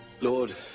Lord